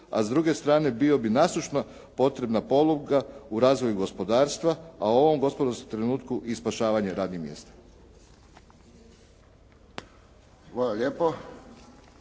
a s druge strane bio bi nasušna potrebna poluga u razvoju gospodarstva, a u ovom gospodarskom trenutku i spašavanje radnih mjesta.